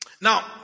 Now